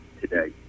today